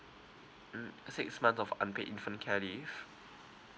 mm uh six month of unpaid infant care leave